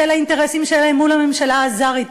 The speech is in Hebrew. בשל האינטרסים שלהם מול הממשלה האזרית,